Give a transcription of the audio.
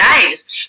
lives